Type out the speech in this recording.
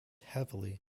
heavily